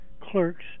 clerks